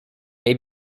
may